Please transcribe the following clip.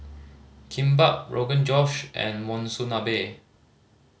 Kimbap Rogan Josh and Monsunabe